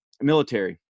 military